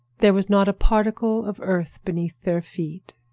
there was not a particle of earth beneath their feet.